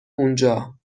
اونجا